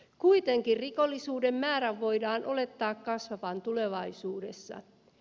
kuitenkin rikollisuuden määrän voidaan olettaa kasvavan tulevaisuudessa